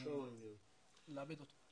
לאבד אותו.